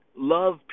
Love